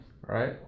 Right